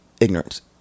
ignorance